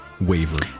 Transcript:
waver